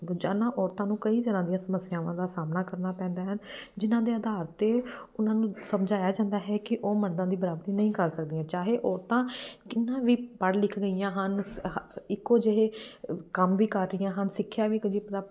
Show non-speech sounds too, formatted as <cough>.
ਰੋਜ਼ਾਨਾ ਔਰਤਾਂ ਨੂੰ ਕਈ ਤਰ੍ਹਾਂ ਦੀਆਂ ਸਮੱਸਿਆਵਾਂ ਦਾ ਸਾਹਮਣਾ ਕਰਨਾ ਪੈਂਦਾ ਹੈ ਜਿਨ੍ਹਾਂ ਦੇ ਅਧਾਰ 'ਤੇ ਉਹਨਾਂ ਨੂੰ ਸਮਝਾਇਆ ਜਾਂਦਾ ਹੈ ਕਿ ਉਹ ਮਰਦਾਂ ਦੀ ਬਰਾਬਰੀ ਨਹੀਂ ਕਰ ਸਕਦੀਆਂ ਚਾਹੇ ਔਰਤਾਂ ਕਿੰਨਾ ਵੀ ਪੜ੍ਹ ਲਿਖ ਗਈਆਂ ਹਨ <unintelligible> ਇੱਕੋ ਜਿਹੇ ਕੰਮ ਵੀ ਕਰ ਰਹੀਆਂ ਹਨ ਸਿੱਖਿਆ ਵੀ <unintelligible>